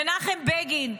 מנחם בגין,